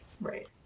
Right